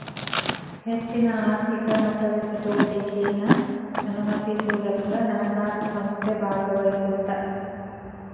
ಹೆಚ್ಚಿನ ಆರ್ಥಿಕ ಮಟ್ಟದ ಚಟುವಟಿಕೆನಾ ಅನುಮತಿಸೋದಕ್ಕ ಹಣಕಾಸು ಸಂಸ್ಥೆ ಭಾಗವಹಿಸತ್ತ